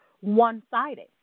one-sided